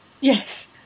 Yes